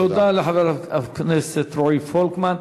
תודה לחבר הכנסת רועי פולקמן.